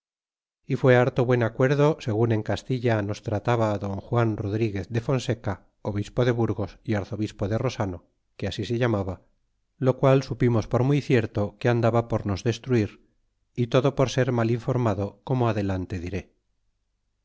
y fué harto buen acuerdo segun en castilla nos trataba don juan rodriguez de fonseca obispo de burgos y arzobispo de rosano que así se llamaba lo qual supimos por muy cierto que andaba por nos destruir y todo por ser mal informado como adelante diré